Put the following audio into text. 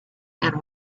and